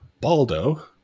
Baldo